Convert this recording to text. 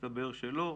הסתבר שלא.